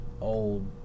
old